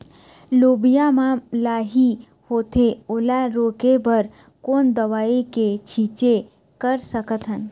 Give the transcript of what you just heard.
लोबिया मा लाही होथे ओला रोके बर कोन दवई के छीचें कर सकथन?